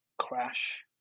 crash